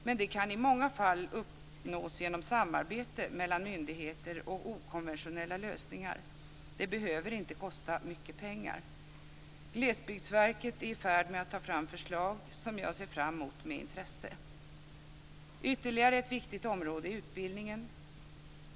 Men det kan i många fall uppnås genom samarbete mellan myndigheter och genom okonventionella lösningar. Det behöver inte kosta mycket pengar. Glesbygdsverket är i färd med att ta fram förslag som jag ser fram emot med intresse. Ytterligare ett viktigt område är utbildningen.